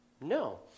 No